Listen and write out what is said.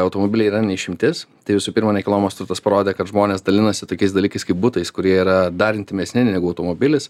automobiliai yra ne išimtis tai visų pirma nekilnojamas turtas parodė kad žmonės dalinasi tokiais dalykais kaip butais kurie yra dar intymesni negu automobilis